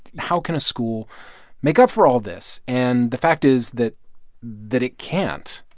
how can a school make up for all this? and the fact is that that it can't.